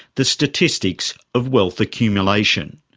the statistics of wealth accumulation,